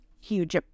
huge